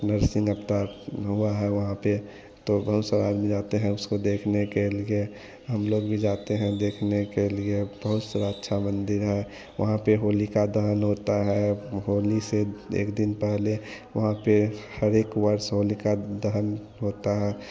नर्सिन अवतार हुआ है वहाँ पर तो बहुत सारे आदमी जाते हैं उसको देखने के लिए हम लोग भी जाते हैं देखने के लिए बहुत सारे अच्छे मंदिर हैं वहाँ पर होलिका दहन होता है होली से एक दिन पहले वहाँ पर हरेक वर्ष होलिका दहन होता है